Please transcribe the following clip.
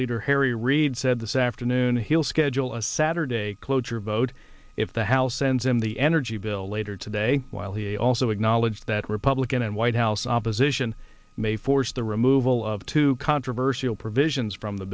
leader harry reid said this afternoon he'll schedule a saturday's cloture vote if the house sends him the energy bill later today while he also acknowledged that republican and white house opposition may force the removal of two controversial provisions from the